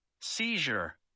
seizure